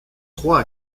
trois